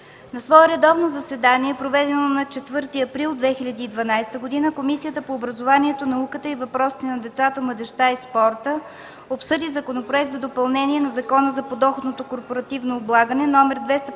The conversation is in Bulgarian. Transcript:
На свое редовно заседание, проведено на 4 април 2012 г., Комисията по образованието, науката и въпросите на децата, младежта и спорта, обсъди Законопроект за допълнение на Закона за корпоративното подоходно облагане, №